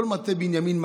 כל מטה בנימין,